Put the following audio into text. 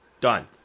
Done